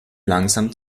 langsam